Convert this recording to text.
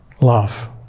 love